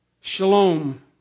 shalom